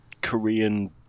Korean